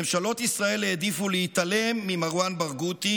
ממשלות ישראל העדיפו להתעלם ממרואן ברגותי